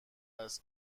است